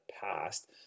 past